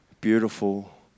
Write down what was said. beautiful